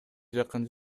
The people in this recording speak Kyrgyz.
жакын